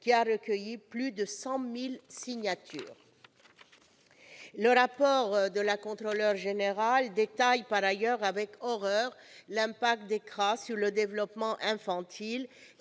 qui a recueilli plus de 100 000 signatures. Dans son rapport, la Contrôleur général détaille avec horreur l'impact des CRA sur le développement infantile,